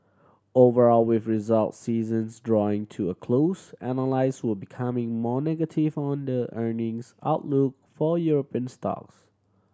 overall with result seasons drawing to a close analysts were becoming more negative on the earnings outlook for European stocks